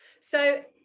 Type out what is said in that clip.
So-